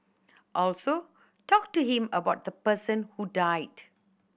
also talk to him about the person who died